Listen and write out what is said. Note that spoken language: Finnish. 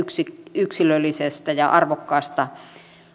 yksilöllisestä ja arvokkaasta